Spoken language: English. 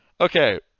Okay